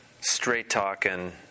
straight-talking